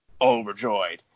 overjoyed